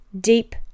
Deep